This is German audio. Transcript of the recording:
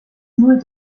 null